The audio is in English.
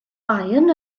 ian